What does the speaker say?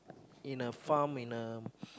in a farm in a